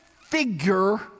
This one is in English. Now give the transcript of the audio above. figure